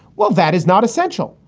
well, that is not essential.